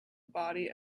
body